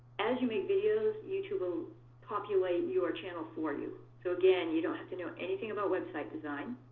as you make videos, youtube will populate your channel for you. so, again, you don't have to know anything about website design.